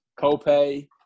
copay